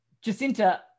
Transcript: Jacinta